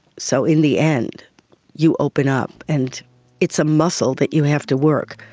so in the end you open up and it's a muscle that you have to work,